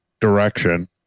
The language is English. direction